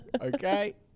Okay